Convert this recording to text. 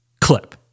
clip